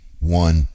one